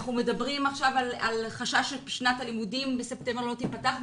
אנחנו מדברים עכשיו על חשש ששנת הלימודים לא תיפתח בספטמבר.